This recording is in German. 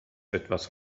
etwas